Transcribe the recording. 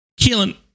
Keelan